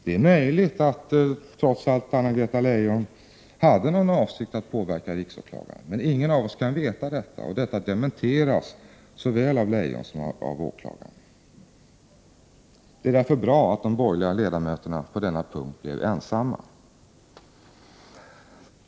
Det är möjligt att Anna-Greta Leijon hade någon avsikt att påverka riksåklagaren, men ingen av oss kan veta det, och det dementeras såväl av Leijon som av riksåklagaren. Det är därför bra att de borgerliga ledamöterna på denna punkt blev ensamma.